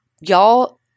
Y'all